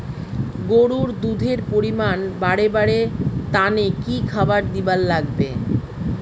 গরুর দুধ এর পরিমাণ বারেবার তানে কি খাবার দিবার লাগবে?